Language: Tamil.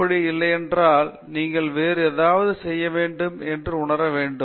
அப்படி இல்லையென்றால் நீங்கள் வேறு ஏதாவது செய்ய வேண்டும் என்று உணர வேண்டும்